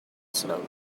slowly